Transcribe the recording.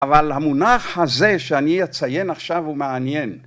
אבל המונח הזה שאני אציין עכשיו הוא מעניין